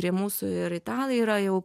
prie mūsų ir italai yra jau